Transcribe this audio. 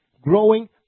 growing